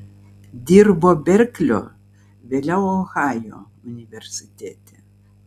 dirbo berklio vėliau ohajo universitete